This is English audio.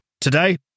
Today